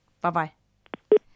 Bye-bye